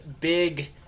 big